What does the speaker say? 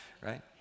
right